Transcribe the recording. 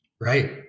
Right